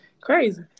Crazy